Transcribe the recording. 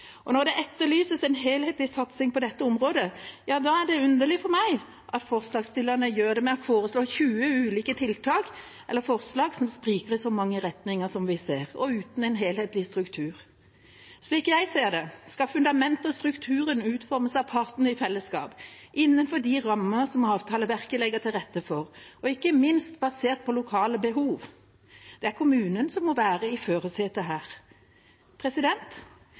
Og når det etterlyses en helhetlig satsing på dette området, er det underlig for meg at forslagsstillerne gjør det med å foreslå 20 ulike tiltak eller forslag som spriker i så mange retninger som vi ser, og uten en helhetlig struktur. Slik jeg ser det, skal fundamentet og strukturen utformes av partene i fellesskap, innenfor de rammene som avtaleverket legger til rette for, og ikke minst basert på lokale behov. Det er kommunen som må være i førersetet her.